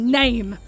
name